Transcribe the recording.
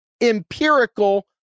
Empirical